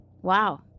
Wow